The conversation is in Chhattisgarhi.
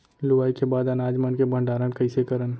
लुवाई के बाद अनाज मन के भंडारण कईसे करन?